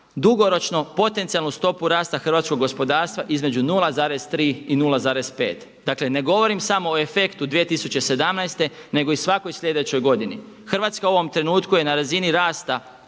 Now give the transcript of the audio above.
dugoročno potencijalnu stopu rasta hrvatskog gospodarstva između 0,3, i 0,5. Dakle ne govorim samo o efektu 2017. nego i svakoj sljedećoj godini. Hrvatska u ovom trenutku je na razini rasta,